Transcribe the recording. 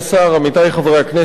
עמיתי חברי הכנסת,